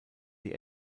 die